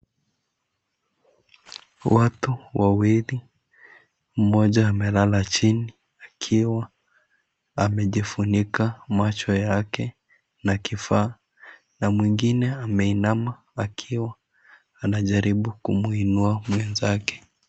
Watu wawili, mmoja amelala chini akiwa amejifunika macho yake na kifaa, na mwingine ameinama akiwa anajaribu kumwinua mwenzake